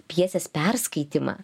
pjesės perskaitymą